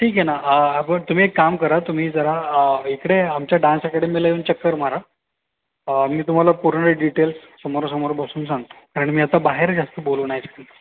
ठीक आहे ना बट तुम्ही एक काम करा तुम्ही जरा इकडे आमच्या डांस ॲकेडमीला येऊन चक्कर मारा मी तुम्हाला पूर्ण डिटेल्स समोरासमोर बसून सांगतो कारण मी आता बाहेर आहे जास्त बोलू नाही शकणार